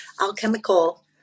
Alchemical